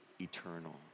eternal